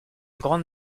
grande